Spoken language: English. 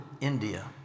india